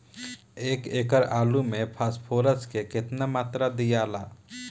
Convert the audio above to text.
एक एकड़ आलू मे फास्फोरस के केतना मात्रा दियाला?